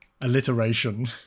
alliteration